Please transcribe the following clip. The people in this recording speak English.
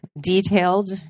detailed